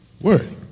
Word